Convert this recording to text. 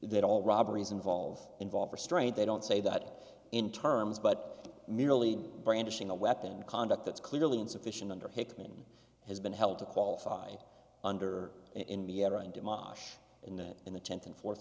they all robberies involve involve restraint they don't say that in terms but merely brandishing a weapon and conduct that's clearly insufficient under hickman has been held to qualify under in the air and demolish and in the tenth and fourth